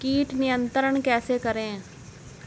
कीट नियंत्रण कैसे करें?